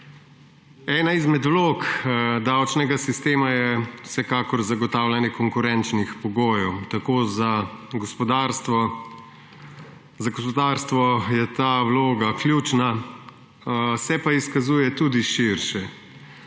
Ena izmed vlog davčnega sistema je vsekakor zagotavljanje konkurenčnih pogojev. Za gospodarstvo je ta vloga ključna, se pa izkazuje tudi širše,